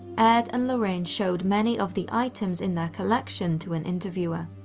ed and lorraine showed many of the items in their collection to an interviewer.